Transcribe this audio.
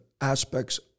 aspects